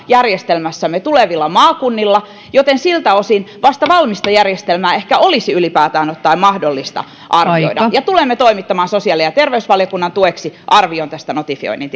järjestelmässä tulevilla maakunnilla joten siltä osin vasta valmista järjestelmää ehkä olisi ylipäätään ottaen mahdollista arvioida ja tulemme toimittamaan sosiaali ja terveysvaliokunnan tueksi arvion tästä notifioinnin